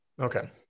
Okay